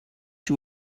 you